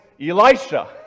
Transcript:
Elisha